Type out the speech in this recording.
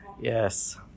Yes